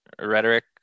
rhetoric